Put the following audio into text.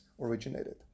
originated